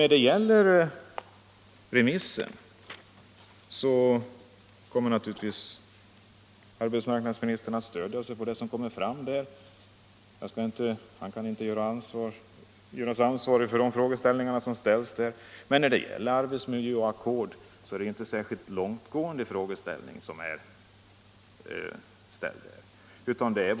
Arbetsmarknadsministern kommer naturligtvis att stödja sig på vad som kommer fram i remissvaren och han kan inte göras ansvarig för de frågeställningar som kommer fram där. Men när det gäller arbetsmiljö och ackord är det inte några särskilt långtgående krav som ställs.